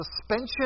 suspension